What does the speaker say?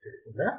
తెలిసిందా